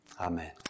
Amen